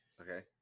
Okay